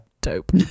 Dope